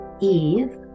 Eve